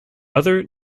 other